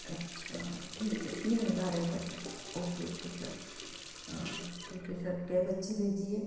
अच्छा ठीक है तीन हजार रहेगा sir O K O K sir ठीक है सर कैब अच्छी भेजिए